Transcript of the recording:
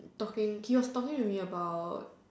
talking he was talking to me about